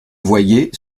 voyez